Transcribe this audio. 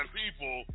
people